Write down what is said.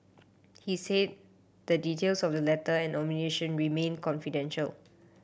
he said the details of the letter and nomination remain confidential